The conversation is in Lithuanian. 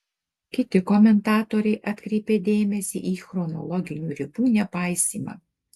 kiti komentatoriai atkreipė dėmesį į chronologinių ribų nepaisymą